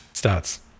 starts